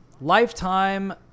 Lifetime